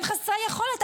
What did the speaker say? הם חסרי יכולת.